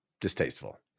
distasteful